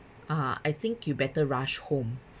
uh I think you better rush home